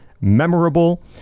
memorable